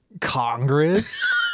congress